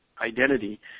identity